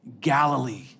Galilee